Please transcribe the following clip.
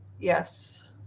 Yes